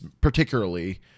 particularly